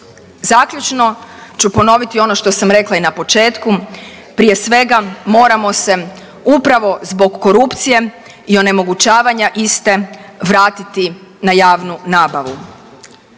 Zaključno ću ponoviti ono što sam rekla i na početku, prije svega moramo se upravo zbog korupcije i onemogućavanja iste vratiti na javnu nabavu.